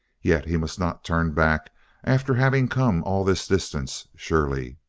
yet he must not turn back after having come all this distance, surely.